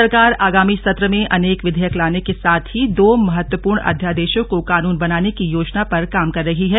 सरकार आगामी सत्र में अनेक विधेयक लाने के साथ ही दो महत्वपूर्ण अध्यादेशों को कानून बनाने की योजना पर काम कर रही है